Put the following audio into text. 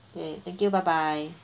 okay thank you bye bye